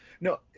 No